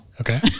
Okay